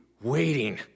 waiting